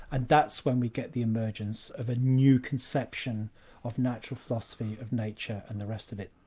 and that's when we get the emergence of a new conception of natural philosophy of nature and the rest of it,